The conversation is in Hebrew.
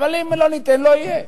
אבל אם לא ניתן לא יהיה.